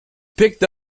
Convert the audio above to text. picked